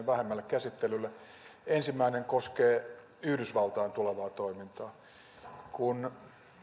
vähemmälle käsittelylle ensimmäinen koskee yhdysvaltain tulevaa toimintaa kun